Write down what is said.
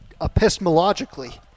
epistemologically